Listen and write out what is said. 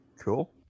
cool